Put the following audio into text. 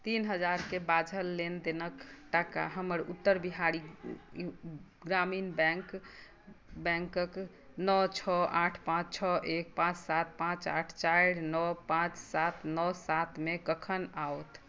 तीन हजारके बाझल लेनदेनक टाका हमर उत्तर बिहारी ग्रामीण बैंक बैंकक नओ छओ आठ पाँच छओ एक पाँच सात पाँच आठ चारि नओ पाँच सात नओ सातमे कखन आओत